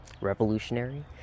revolutionary